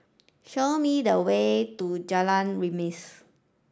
show me the way to Jalan Remis